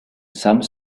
some